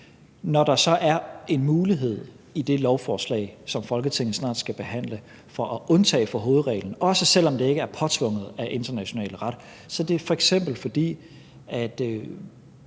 Når der så er en mulighed i det lovforslag, som Folketinget snart skal behandle, for at undtage fra hovedreglen, også selv om det ikke er påtvunget af international ret, er det f.eks.,